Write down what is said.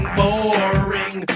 boring